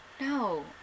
No